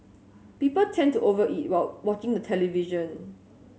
people tend to over eat while watching the television